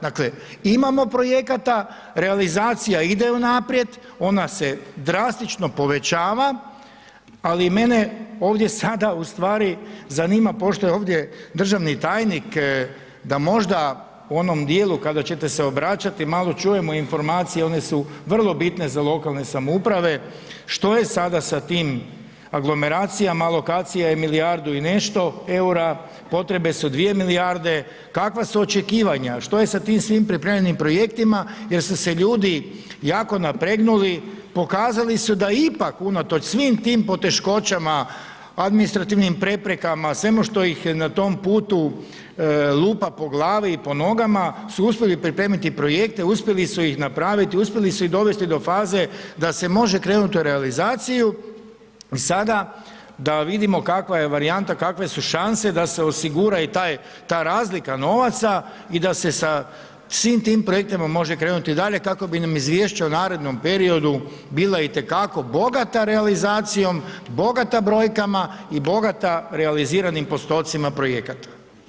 Dakle, imamo projekata, realizacija ide unaprijed, ona se drastično povećava, ali mene ovdje sada u stvari zanima pošto je ovdje državni tajnik da možda u onom dijelu kada ćete se obraćati malo čujemo informacije, one su vrlo bitne za lokalne samouprave, što je sada sa tim aglomeracijama, alokacija je milijardu i nešto EUR-a, potrebe su 2 milijarde, kakva su očekivanja, što je sa tim svim pripremljenim projektima jer su se ljudi jako napregnuli, pokazali su da ipak unatoč svim tim poteškoćama, administrativnim preprekama, sve ono što ih na tom putu lupa po glavi i po nogama su uspjeli pripremiti projekte, uspjeli su ih napraviti, uspjeli su ih dovesti do faze da se može krenuti u realizaciju i sada da vidimo kakva je varijanta, kakve su šanse da se osigura i taj, ta razlika novaca i da se sa svim tim projektima može krenuti dalje kako bi nam izvješće o narednom periodu bila i te kako bogata realizacijom, bogata brojkama i bogata realiziranim postocima projekata.